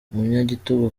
umunyagitugu